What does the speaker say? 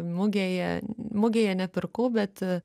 mugėje mugėje nepirkau bet